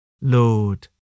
Lord